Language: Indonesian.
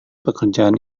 pekerjaan